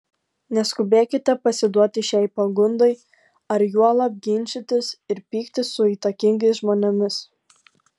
neskubėkite pasiduoti šiai pagundai ar juolab ginčytis ir pyktis su įtakingais žmonėmis